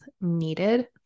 needed